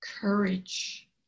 courage